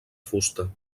fusta